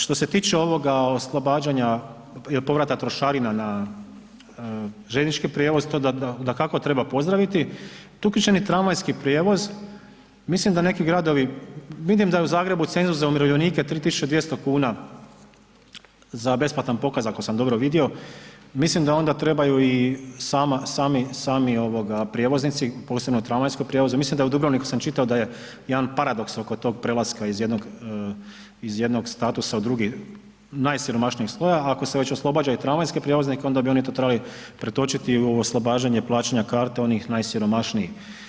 Što se tiče ovoga oslobađanja il povrata trošarina na željeznički prijevoz, to dakako treba pozdraviti, tu je uključen i tramvajski prijevoz, mislim da neki gradovi, vidim da je u Zagrebu cenzus za umirovljenike 3.200,00 kn za besplatan pokaz, ako sam dobro vidio, mislim da onda trebaju i sama, sami, sami ovoga prijevoznici, posebno u tramvajskom prijevozu, mislim da u Dubrovniku sam čitao da je jedan paradoks oko tog prelaska iz jednog, iz jednog statusa u drugi najsiromašnijeg sloja, ako se već oslobađa i tramvajske prijevoznike, onda bi oni to trebali pretočiti u oslobađanje plaćanja karte onih najsiromašnijih.